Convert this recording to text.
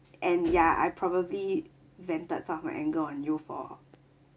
and ya I probably vented some my anger on you for